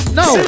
no